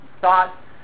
thought